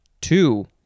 two